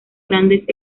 grandes